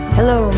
Hello